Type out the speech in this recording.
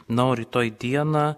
na o rytoj dieną